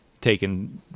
taken